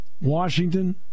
Washington